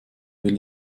will